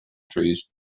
trees